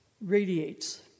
radiates